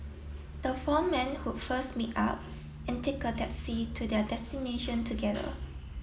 the four men would first meet up and take a taxi to their destination together